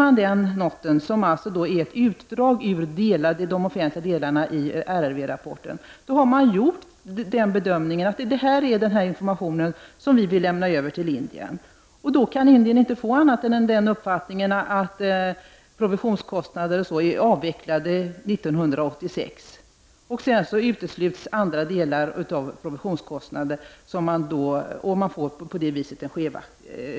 Av den noten, som alltså är ett utdrag ur de offentliga delarna av RRV-rapporten, framgår det att regeringen har gjort bedömningen att det är den information som man vill lämna över till Indien. Då kan Indien inte få annat än den uppfattningen att provisionskostnader m.m. avvecklades 1986 och att andra delar av provisionskostnader sedan uteslöts, och på det sättet ges